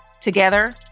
Together